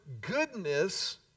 goodness